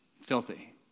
filthy